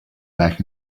back